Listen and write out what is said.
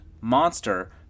monster